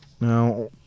Now